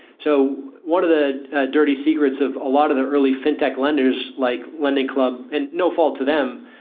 so one of the dirty secrets of a lot of the early fintech lenders like lending club, and no-fault to them,